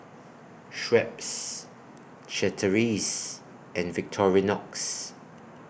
Schweppes Chateraise and Victorinox